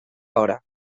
hora